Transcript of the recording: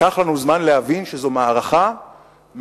לקח לנו זמן להבין שזו מערכה מדינית,